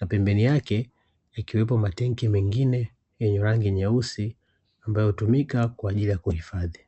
na pembeni yake yakiwepo matenki mengine yenye rangi nyeusi ambayo hutumika kwa ajili yakuhifadhi.